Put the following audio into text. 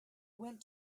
went